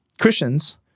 Christians